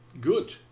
good